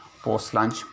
post-lunch